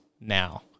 now